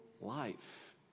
life